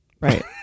Right